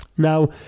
Now